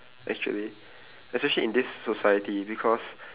actually especially in this society because